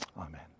Amen